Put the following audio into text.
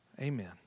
Amen